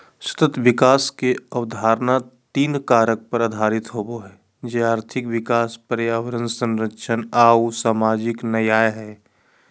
सतत विकास के अवधारणा तीन कारक पर आधारित होबो हइ, जे आर्थिक विकास, पर्यावरण संरक्षण आऊ सामाजिक न्याय हइ